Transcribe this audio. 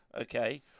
Okay